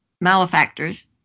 malefactors